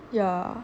yeah